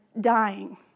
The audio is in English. dying